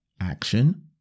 Action